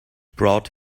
brought